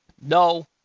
No